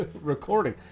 recording